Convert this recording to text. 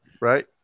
Right